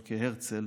אבל כהרצל